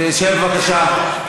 תשב בבקשה.